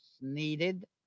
needed